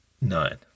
nine